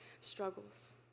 struggles